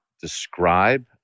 describe